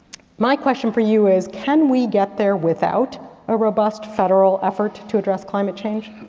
my question for you is, can we get there without a robust federal effort to address climate change?